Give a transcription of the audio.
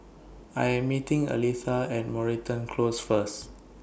I Am meeting Aletha At Moreton Close First